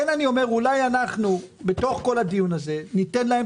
אולי אנחנו בתוך הדיון הזה ניתן להם